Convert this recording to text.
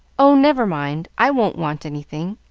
oh, never mind i won't want anything.